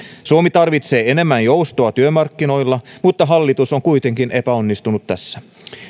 suomi tarvitsee enemmän joustoa työmarkkinoilla mutta hallitus on kuitenkin epäonnistunut tässä